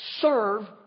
serve